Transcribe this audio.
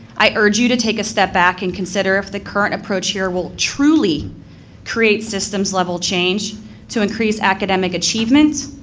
i urge you to take a step back and consider if the current approach here will truly create systems level change to increase academic achievement,